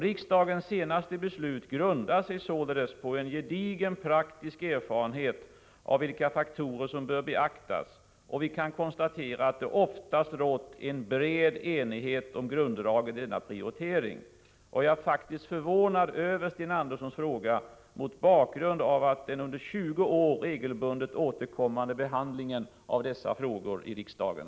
Riksdagens senaste beslut grundar sig således på en gedigen praktisk erfarenhet av vilka faktorer som bör beaktas, och vi kan konstatera att det oftast rått en bred enighet om grunddragen i denna prioritering. Jag är faktiskt förvånad över Sten Anderssons fråga mot bakgrund av den under 20 år regelbundet återkommande behandlingen av dessa frågor i riksdagen.